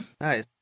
Nice